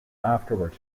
afterward